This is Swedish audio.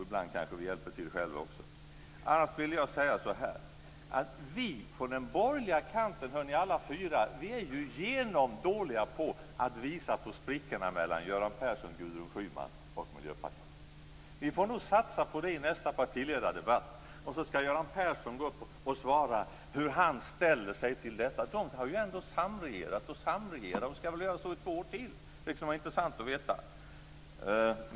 Ibland kanske vi hjälper till själva också. Alla vi fyra på den borgerliga kanten är genomdåliga på att visa på sprickorna mellan Göran Persson, Gudrun Schyman och Miljöpartiet. Vi får nog satsa på det i nästa partiledaredebatt. Då ska Göran Persson gå upp och svara på hur han ställer sig till detta. De samregerar ju ändå, har gjort det och ska väl göra så i två år till. Det kan vara intressant att veta det här.